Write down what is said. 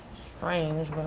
strange,